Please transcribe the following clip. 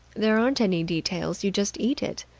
there aren't any details. you just eat it.